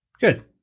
Good